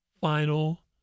final